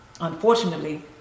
unfortunately